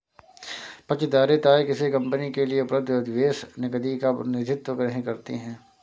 प्रतिधारित आय किसी कंपनी के लिए उपलब्ध अधिशेष नकदी का प्रतिनिधित्व नहीं करती है